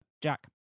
Jack